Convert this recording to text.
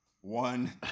One